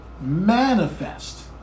manifest